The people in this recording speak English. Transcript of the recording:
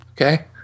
Okay